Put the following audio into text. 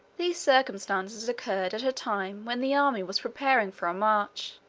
these circumstances occurred at a time when the army was preparing for a march,